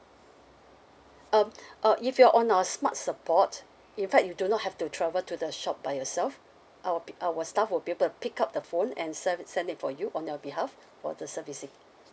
um uh if you're on our smart support in fact you do not have to travel to the shop by yourself our pick our staff will be able to pick up the phone and send send it for you on your behalf for the servicing